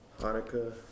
Hanukkah